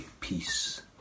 peace